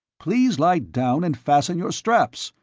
please lie down and fasten your straps.